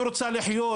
היא רוצה לחיות,